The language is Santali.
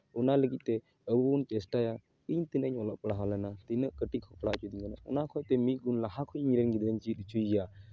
ᱚᱱᱟ ᱞᱟᱹᱜᱤᱫ ᱛᱮ ᱟᱵᱚ ᱵᱚᱱ ᱪᱮᱥᱴᱟᱭᱟ ᱤᱧ ᱛᱤᱱᱟᱹᱜ ᱤᱧ ᱚᱞᱚᱜ ᱯᱟᱲᱦᱟᱣ ᱞᱮᱱᱟ ᱛᱤᱱᱟᱹᱜ ᱠᱟᱹᱴᱤᱡ ᱠᱷᱚᱱ ᱠᱚ ᱯᱟᱲᱦᱟᱣ ᱦᱚᱪᱚ ᱞᱤᱫᱤᱧᱟ ᱚᱱᱟ ᱠᱷᱚᱱᱛᱮ ᱢᱤᱫ ᱜᱩᱱ ᱞᱟᱦᱟ ᱠᱷᱚᱱ ᱤᱧ ᱜᱤᱫᱽᱨᱟᱹᱧ ᱪᱮᱫ ᱦᱚᱪᱚᱭᱮᱭᱟ